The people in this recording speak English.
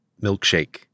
milkshake